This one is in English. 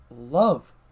love